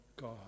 god